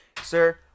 sir